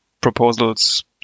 proposals